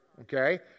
okay